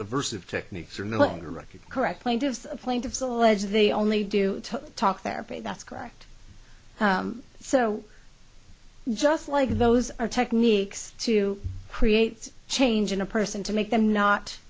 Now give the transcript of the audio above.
record correct plaintiffs plaintiffs allege they only do talk therapy that's correct so just like those are techniques to create change in a person to make them not